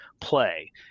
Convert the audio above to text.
play